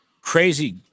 crazy